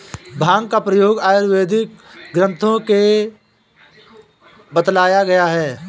भाँग का प्रयोग आयुर्वेदिक ग्रन्थों में बतलाया गया है